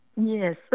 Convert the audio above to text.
Yes